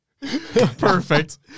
Perfect